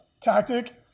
tactic